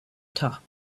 top